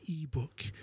ebook